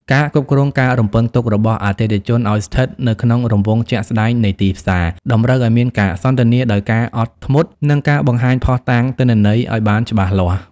ការគ្រប់គ្រងការរំពឹងទុករបស់អតិថិជនឱ្យស្ថិតនៅក្នុងរង្វង់ជាក់ស្ដែងនៃទីផ្សារ តម្រូវឱ្យមានការសន្ទនាដោយការអត់ធ្មត់ និងការបង្ហាញភ័ស្តុតាងទិន្នន័យឱ្យបានច្បាស់លាស់។